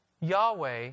Yahweh